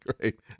great